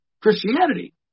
Christianity